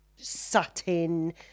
satin